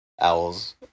Owls